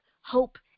hope